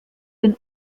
den